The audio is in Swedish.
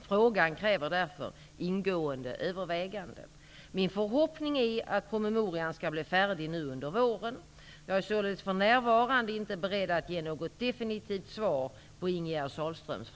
Frågan kräver därför ingående överväganden. Min förhoppning är att promemorian skall bli färdig nu under våren. Jag är således för närvarande inte beredd att ge något definitivt svar på Ingegerd